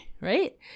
right